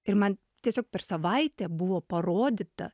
ir man tiesiog per savaitę buvo parodyta